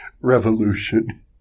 Revolution